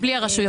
בלי הרשויות.